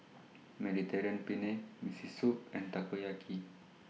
Penne Miso Soup and Takoyaki